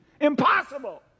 Impossible